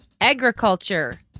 agriculture